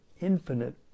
infinite